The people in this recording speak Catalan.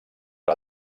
que